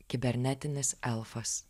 kibernetinis elfas